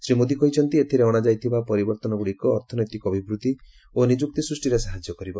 ଶ୍ରୀ ମୋଦି କହିଛନ୍ତି ଏଥିରେ ଅଣାଯାଇଥିବା ପରିବର୍ତ୍ତନଗୁଡ଼ିକ ଅର୍ଥନୈତିକ ଅଭିବୃଦ୍ଧି ଓ ନିଯୁକ୍ତି ସ୍ଚଷ୍ଟିରେ ସାହାଯ୍ୟ କରିବ